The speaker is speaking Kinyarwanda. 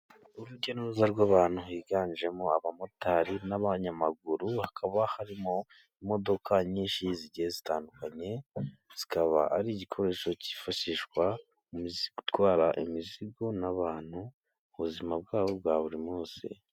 Urujya n'uruza rw'abantu higanjemo abamotari n'abanyamaguru, hakaba harimo imodoka nyinshi zigiye zitandukanye, zikaba ari igikoresho cyifashishwa mu gutwara imizigo n'abantu mu buzima bwabo bwa buri munsi.